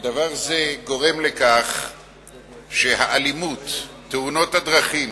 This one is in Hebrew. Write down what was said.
ודבר זה גורם לכך שהאלימות, תאונות הדרכים,